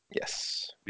Yes